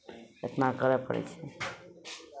एतना करय पड़ै छै